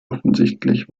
offensichtlich